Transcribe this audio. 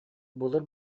былыр